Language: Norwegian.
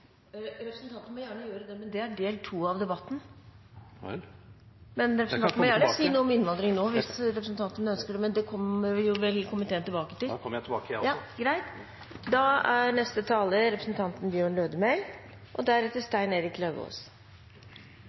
Representanten må gjerne gjøre det, men det er del to av debatten. Men representanten kan gjerne si noe om innvandring nå, hvis han ønsker, men det kommer vel komiteen tilbake til. Da kommer jeg også tilbake